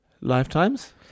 lifetimes